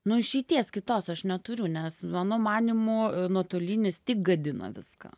nu išeities kitos aš neturiu nes mano manymu nuotolinis tik gadina viską